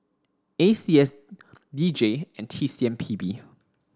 A C S D J and T C M P B